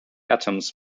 atoms